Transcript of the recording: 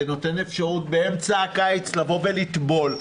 זה נותן אפשרות באמצע הקיץ לבוא ולטבול.